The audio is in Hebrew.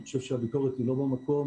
אני חושב שהביקורת היא לא במקום.